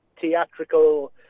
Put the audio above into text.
theatrical